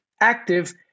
active